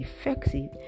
effective